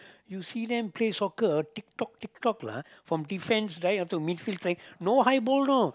you see them play soccer ah tick tock tick tock lah from defense right up till mid field right no high ball know